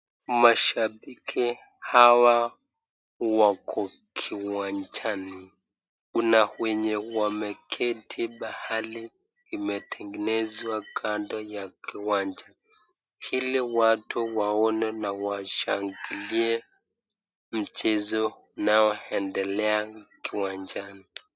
Mashabiki hawa wako kiwanjani. Kuna wenye wameketi pahali imetengenezwa kando ya kiwanja, ili watu waone na washangilie mchezo unaoendelea kiwanjani.